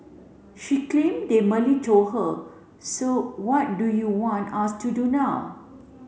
she claim they merely told her so what do you want us to do now